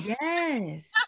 Yes